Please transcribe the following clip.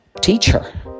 teacher